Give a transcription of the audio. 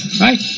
right